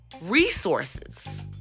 resources